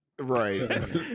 right